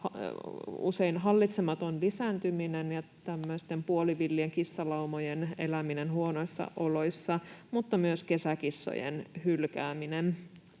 usein hallitsematon lisääntyminen ja tämmöisten puolivillien kissalaumojen eläminen huonoissa oloissa mutta myös kesäkissojen hylkääminen,